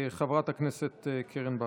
חברת הכנסת קרן ברק.